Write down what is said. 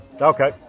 Okay